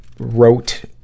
wrote